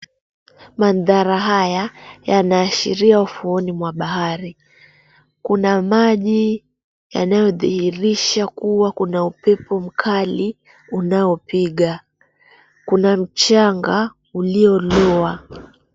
Mandhara haya yanaashiria ufuoni mwa bahari. Kuna maji yanayodhihirisha kuwa kuna upepo mkali unaopiga. Kuna mchanga ulioloa.